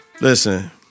Listen